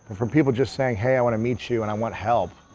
for people just saying, hey, i wanna meet you, and i want help.